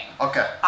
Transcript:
Okay